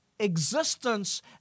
existence